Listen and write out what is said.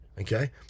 okay